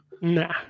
Nah